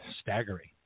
staggering